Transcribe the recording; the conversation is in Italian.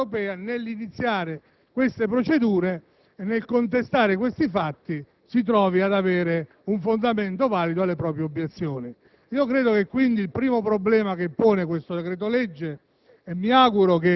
se la Commissione europea, nell'iniziare queste procedure e nel contestare questi fatti, trovi un fondamento valido alle proprie obiezioni. Il primo problema posto da questo decreto-legge